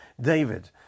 David